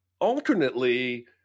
alternately